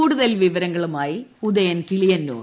കൂടുതൽ വിവിരങ്ങളുമായി ഉദയൻ കിളിയന്നൂർ